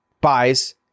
buys